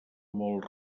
molt